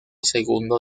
segundo